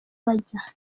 bajyaga